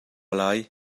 lai